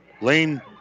Lane